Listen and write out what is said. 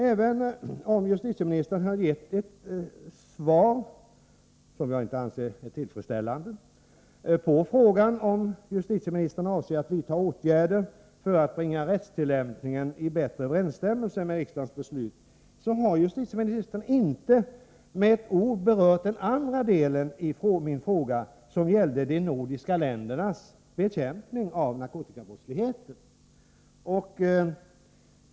Även om justitieministern har gett ett svar, som jag inte anser är tillfredsställande, på frågan om justitieministern avser att vidta åtgärder för att bringa rättstillämpningen i bättre överensstämmelse med riksdagens beslut, har justitieministern inte med ett ord berört den andra delen av min fråga, som gällde de nordiska ländernas bekämpning av narkotikabrottslighet.